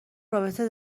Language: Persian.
رابطه